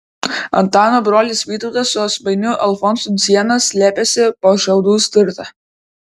antano brolis vytautas su svainiu alfonsu dziena slėpėsi po šiaudų stirta